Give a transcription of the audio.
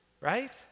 right